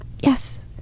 yes